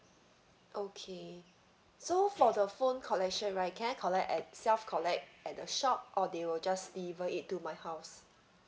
okay so for the phone collection right can I collect at self-collect at the shop or they will just deliver it to my house